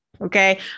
Okay